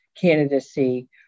candidacy